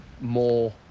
more